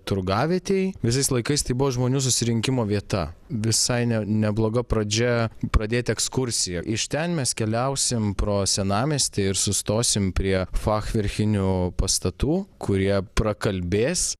turgavietėj visais laikais tai buvo žmonių susirinkimo vieta visai nebloga pradžia pradėti ekskursiją iš ten mes keliausime pro senamiestį ir sustosim prie fachverkinių pastatų kurie prakalbės